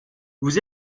vous